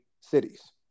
cities